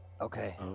Okay